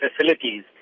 facilities